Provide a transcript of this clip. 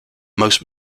most